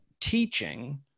teaching